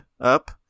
up